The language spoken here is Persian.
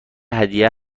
هدیه